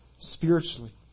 spiritually